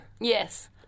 Yes